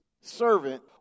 servant